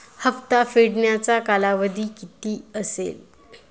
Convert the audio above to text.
हप्ता फेडण्याचा कालावधी किती असेल?